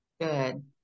Good